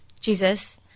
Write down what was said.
Jesus